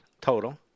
total